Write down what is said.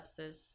sepsis